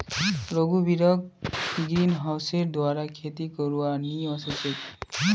रघुवीरक ग्रीनहाउसेर द्वारा खेती करवा नइ ओस छेक